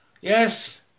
Yes